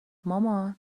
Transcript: مامان